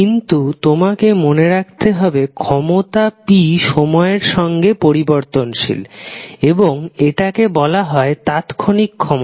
কিন্তু তোমাকে মনে রাখতে হবে ক্ষমতা p সময়ের সঙ্গে পরিবর্তনশীল এবং এটাকে বলা হয় তাৎক্ষণিক ক্ষমতা